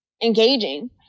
engaging